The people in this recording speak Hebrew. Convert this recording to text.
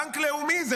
בנק לאומי, זה